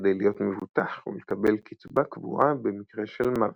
כדי להיות מבוטח ולקבל קיצבה קבועה במקרה של מוות.